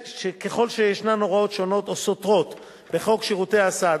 שככל שישנן הוראות שונות או סותרות בחוק שירותי הסעד